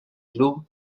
club